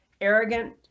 arrogant